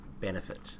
benefit